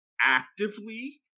Actively